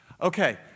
Okay